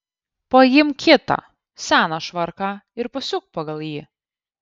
paimk kitą seną švarką ir pasiūk pagal jį